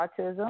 autism